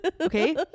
okay